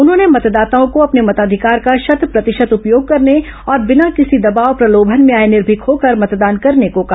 उन्होंने मतदाताओं को अपने मताधिकार का शत प्रतिशत उपयोग करने और बिना किसी दबाव प्रलोभन में आए निर्भीक होकर मतदान करने को कहा